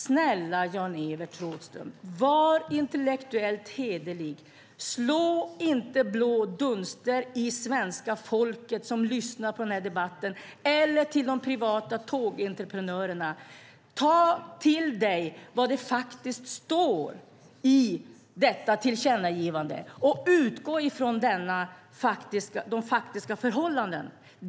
Snälla, Jan-Evert Rådhström, var intellektuellt hederlig, slå inte blå dunster i ögonen på svenska folket, på dem som lyssnar på debatten eller på de privata tågentreprenörerna! Ta till dig vad som står i tillkännagivandet och utgå från de faktiska förhållandena!